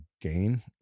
gain